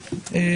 התשפ"ג (31 בדצמבר 2022). תודה.